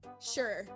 sure